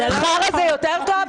חרא זה יותר טוב?